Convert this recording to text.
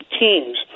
teams